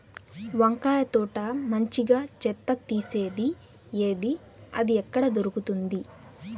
వంకాయ తోట మంచిగా చెత్త తీసేది ఏది? అది ఎక్కడ దొరుకుతుంది?